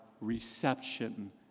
reception